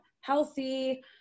healthy